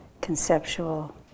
conceptual